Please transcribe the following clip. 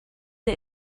the